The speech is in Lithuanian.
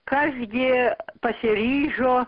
kas gi pasiryžo